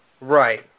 Right